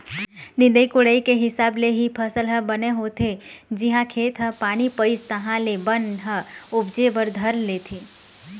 निंदई कोड़ई के हिसाब ले ही फसल ह बने होथे, जिहाँ खेत ह पानी पइस तहाँ ले बन ह उपजे बर धर लेथे